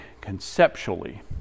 conceptually